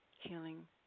healing